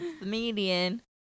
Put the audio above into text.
median